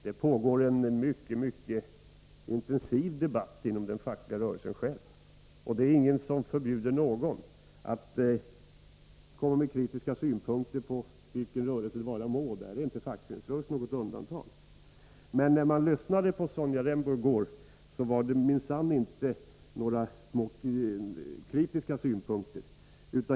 Det pågår en mycket intensiv debatt inom den fackliga rörelsen, och det är ingen som förbjuder någon att komma med kritiska synpunkter — därvidlag är inte fackföreningsrörelsen något undantag. Men när man lyssnade till Sonja Rembo i går var det minsann inte några smått kritiska synpunkter.